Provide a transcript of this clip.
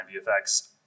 VFX